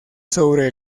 sobre